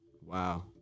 Wow